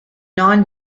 non